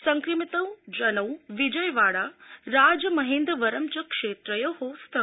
संक्रमितौ जनौ विजयवाडा राजमहेंद्रवरम च क्षेत्रयोः स्तः